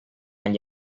agli